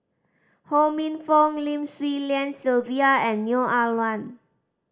Ho Minfong Lim Swee Lian Sylvia and Neo Ah Luan